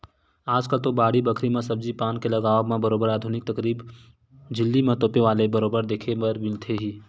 आजकल तो बाड़ी बखरी म सब्जी पान के लगावब म बरोबर आधुनिक तरकीब झिल्ली म तोपे वाले बरोबर देखे बर मिलथे ही